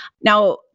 Now